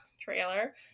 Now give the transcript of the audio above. trailer